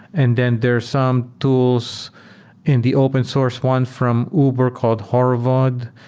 and then there are some tools in the open source one from uber called horovod,